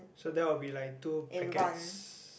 so that will be like two packets